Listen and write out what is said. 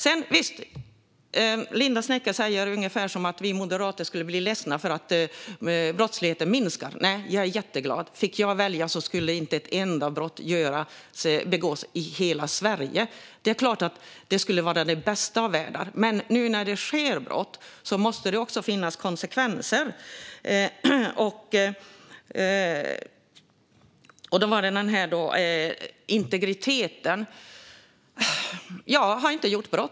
Linda Westerlund Snecker säger ungefär att vi moderater skulle bli ledsna om brottsligheten skulle minska. Nej, jag skulle bli jätteglad. Om jag fick välja skulle inte ett enda brott begås i hela Sverige. Det skulle såklart vara den bästa av världar. Men nu när brott sker måste det också finnas konsekvenser. När det gäller integriteten kan jag säga att jag inte har begått något brott.